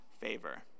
favor